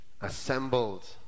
assembled